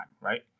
right